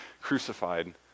crucified